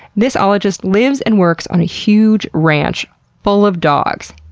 this ologist lives and works on a huge ranch full of dogs.